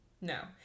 No